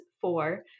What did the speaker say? four